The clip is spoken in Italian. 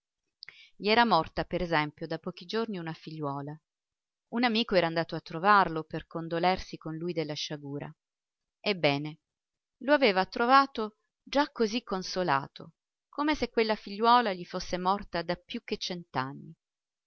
gli era morta per esempio da pochi giorni una figliuola un amico era andato a trovarlo per condolersi con lui della sciagura ebbene lo aveva trovato già così consolato come se quella figliuola gli fosse morta da più che